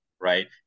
right